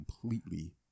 completely